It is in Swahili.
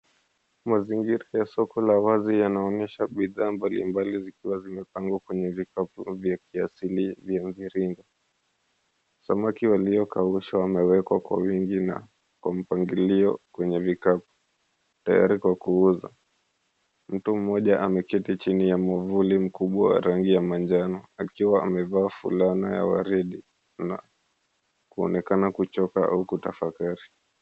Mazingira ya soko ya wazi yanaonyesha bidhaa mbalimbali zikiwa zimepangwa kwenye vikapu vya kiasilia vya mviringo. Samaki waliokaushwa wamewekwa kwa wingi na kwa mpangilio kwenye vikapu tayari kwa kuuzwa. Mtu mmoja ameketi chini ya mwavuli mkubwa wa rangi ya manjano akiwa amevaa fulana ya waridi na kuonekana kuchoka au kutafakari.